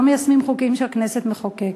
לא מיישמים חוקים שהכנסת מחוקקת?